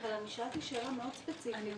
אבל שאלתי שאלה ספציפית מאוד.